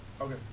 Okay